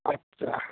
আচ্ছা